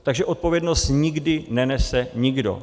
Takže odpovědnost nikdy nenese nikdo.